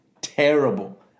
terrible